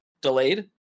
delayed